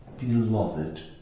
Beloved